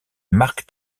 marc